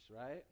Right